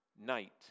night